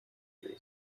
grief